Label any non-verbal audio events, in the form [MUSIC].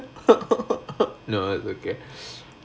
[NOISE] no it's okay